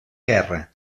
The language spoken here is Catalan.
guerra